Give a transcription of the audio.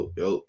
yo